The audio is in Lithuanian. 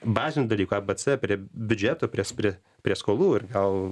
bazinių dalykų abc prie biudžeto pries prie prie skolų ir gal